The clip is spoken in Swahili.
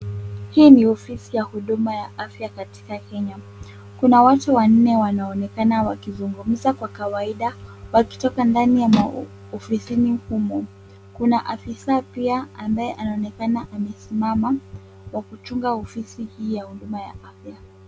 Hii ni ofisi ya huduma ya afya katika Kenya. Kuna watu wanne wanaonekana wakizungumza kwa kawaida wakitoka ndani ya maofisini humo. Kuna afisa pia ambaye anaonekana amesimama kwa kuchunga ofisi hii ya huduma ya afya.